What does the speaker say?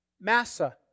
Massa